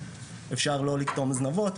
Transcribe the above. אפשר לא לקטום זנבות,